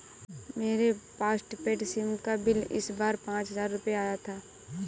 मेरे postpaid SIM का bill इस बार पाँच हजार रुपए आया था